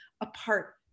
apart